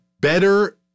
better